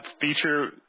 feature